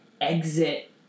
exit